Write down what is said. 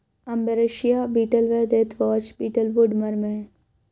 ambrosia beetle व deathwatch beetle woodworm हैं